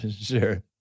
Sure